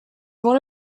one